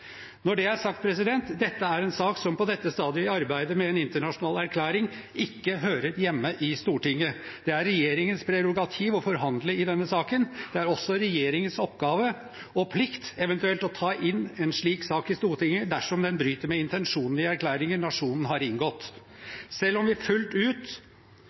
Når det er sagt, dette er en sak som på dette stadiet i arbeidet med en internasjonal erklæring ikke hører hjemme i Stortinget. Det er regjeringens prerogativ å forhandle i denne saken. Det er også regjeringens oppgave og plikt eventuelt å ta en slik sak inn i Stortinget dersom den bryter med intensjonene i erklæringer nasjonen har inngått. Selv om vi fullt